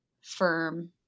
firm